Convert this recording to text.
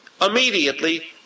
Immediately